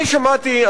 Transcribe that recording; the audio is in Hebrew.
אני שמעתי,